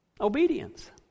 Obedience